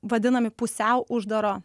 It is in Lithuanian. vadinami pusiau uždaro